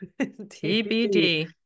tbd